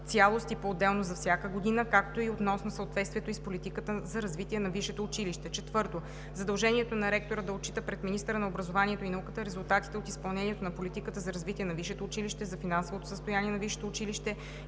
цялост и поотделно за всяка година, както и относно съответствието ѝ с политиката за развитие на висшето училище; 4. задължението на ректора да отчита пред министъра на образованието и науката резултатите от изпълнението на политиката за развитие на висшето училище, за финансовото състояние на